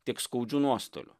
tiek skaudžių nuostolių